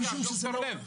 אז איך הציבור יידע?